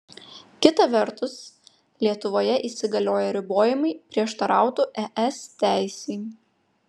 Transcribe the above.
kita vertus lietuvoje įsigalioję ribojimai prieštarautų es teisei